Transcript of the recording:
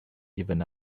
even